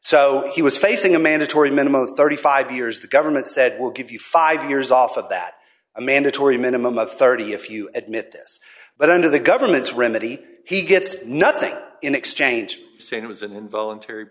so he was facing a mandatory minimum of thirty five years the government said we'll give you five years off of that a mandatory minimum of thirty if you admit this but under the government's remedy he gets nothing in exchange saying it was an involuntary